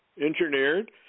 engineered